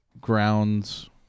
grounds